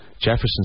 Jefferson